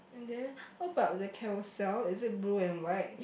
and then how about the carousel is it blue and white